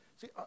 See